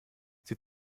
sie